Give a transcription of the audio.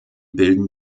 bilden